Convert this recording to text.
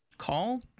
call